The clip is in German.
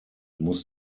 muss